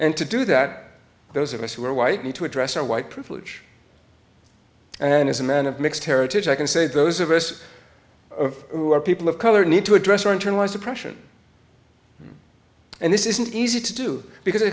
and to do that those of us who are white need to address our white privilege and as a man of mixed heritage i can say those of us who are people of color need to address our internalized oppression and this isn't easy to do because